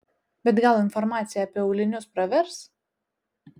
bet gal informacija apie aulinius pravers